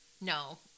No